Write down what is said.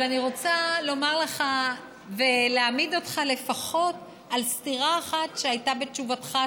אבל אני רוצה לומר לך ולהעמיד אותך לפחות על סתירה אחת שהייתה בתשובתך,